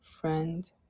friend